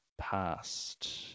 past